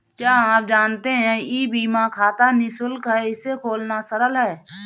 क्या आप जानते है ई बीमा खाता निशुल्क है, इसे खोलना सरल है?